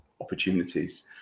opportunities